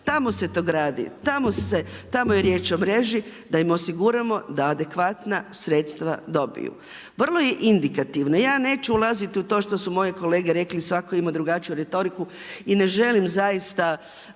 tamo se to gradi, tamo je riješ o mreži, da im osiguramo, da adekvatna sredstva dobiju. Vrlo je indikativno, ja neću ulaziti u to što su moje kolege rekli svako je imao drugačiju retoriku i ne želim zaista